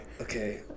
Okay